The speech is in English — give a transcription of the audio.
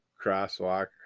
crosswalk